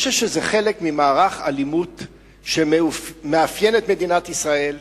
אני חושב שזה חלק ממערך האלימות שמאפיין את מדינת ישראל.